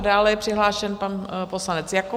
Dále je přihlášen pan poslanec Jakob.